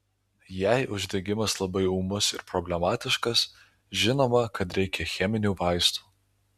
jei uždegimas labai ūmus ir problematiškas žinoma kad reikia cheminių vaistų